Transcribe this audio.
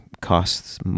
costs